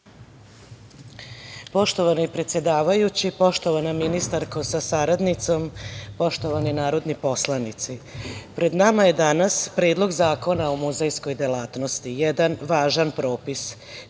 Poštovani predsedavajući, poštovana ministarko sa saradnicom, poštovani narodni poslanici, pred nama je danas Predlog zakona o muzejskoj delatnosti, jedan važan propis